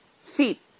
feet